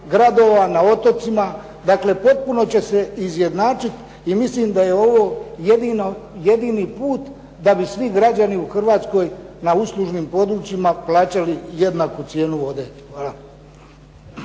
gradova na otocima. Dakle, potpuno će se izjednačiti. I mislim da je ovo jedini put da bi građani na uslužnim područjima plaćali jednaku cijenu vodne. Hvala.